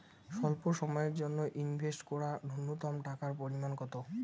স্বল্প সময়ের জন্য ইনভেস্ট করার নূন্যতম টাকার পরিমাণ কত?